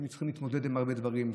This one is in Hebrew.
הם צריכים להתמודד עם הרבה דברים,